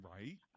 Right